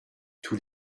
tous